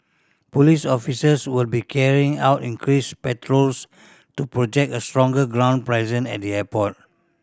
police officers will be carrying out increased patrols to project a stronger ground presence at the airport